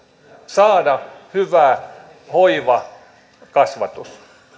saada hyvä hoiva ja kasvatus